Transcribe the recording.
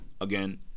Again